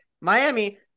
Miami